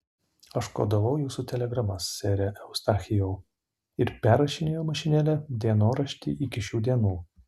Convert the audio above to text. aš kodavau jūsų telegramas sere eustachijau ir perrašinėjau mašinėle dienoraštį iki šių dienų